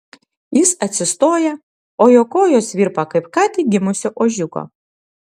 jis atsistoja o jo kojos virpa kaip ką tik gimusio ožiuko